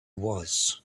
was